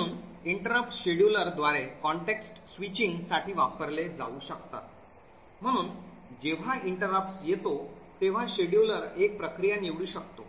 म्हणून interrupts scheduler द्वारे context switching साठी वापरले जाऊ शकतात म्हणून जेव्हा interrupts येतो तेव्हा scheduler एक प्रक्रिया निवडू शकतो